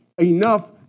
enough